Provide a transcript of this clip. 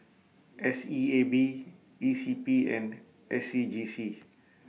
S E A B E C P and S C G C